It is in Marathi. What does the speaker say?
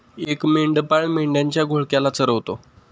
एक मेंढपाळ मेंढ्यांच्या घोळक्याला चरवतो